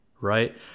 right